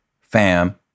fam